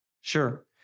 Sure